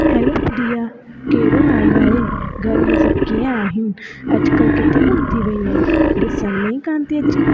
hello Priya कहिड़ो हालु आहे घर में सभु कीअं आहिनि अॼुकल्ह किथे आहे तूं ॾिसण में ई कोन थी अचे